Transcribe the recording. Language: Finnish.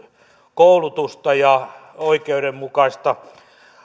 koulutusta ja oikeudenmukaista